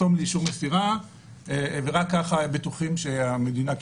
תחתום אישור מסירה ורק ככה היו בטוחים שהמדינה קיבלה,